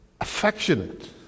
affectionate